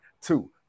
Two